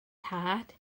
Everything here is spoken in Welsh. tad